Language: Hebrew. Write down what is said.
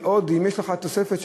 אם יש לך תוספת,